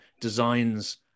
designs